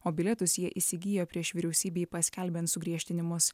o bilietus jie įsigijo prieš vyriausybei paskelbiant sugriežtinimus